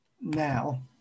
now